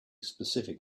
specific